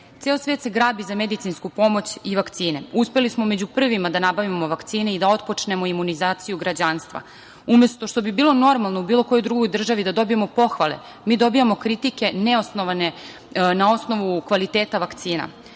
svet se grabi za medicinsku pomoć i vakcine. Uspeli smo među prvima da nabavimo vakcine i da otpočnemo imunizaciju građanstva. Umesto što bi bilo normalno u bilo kojoj državi da dobijemo pohvale, mi dobijamo kritike, neosnovane, na osnovu kvaliteta vakcina. Kada